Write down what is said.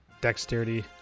dexterity